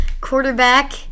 Quarterback